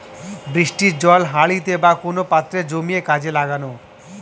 বৃষ্টির জল হাঁড়িতে বা কোন পাত্রে জমিয়ে কাজে লাগানো